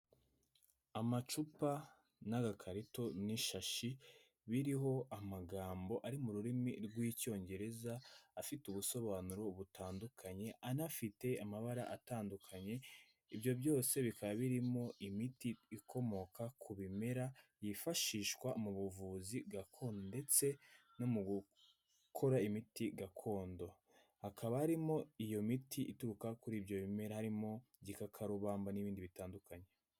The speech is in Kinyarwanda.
Amacupa n'agakarito n'ishashi biriho amagambo ari mu rurimi rw'icyongereza afite ubusobanuro butandukanye anafite amabara atandukanye, ibyo byose bikaba birimo imiti ikomoka ku bimera byifashishwa mu buvuzi gakondo ndetse no mu gukora imiti gakondo, hakaba harimo iyo miti ituruka kuri ibyo bimera harimo, igikakarubamba n'ibindi bitandukanye.